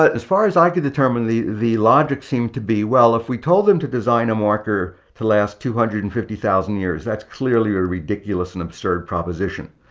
ah as far as i can determine, the the logic seemed to be, well, if we told them to design a marker to last two hundred and fifty thousand years, that's clearly a ridiculous and absurd proposition.